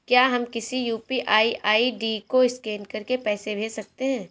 क्या हम किसी यू.पी.आई आई.डी को स्कैन करके पैसे भेज सकते हैं?